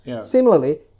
Similarly